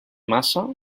massa